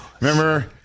remember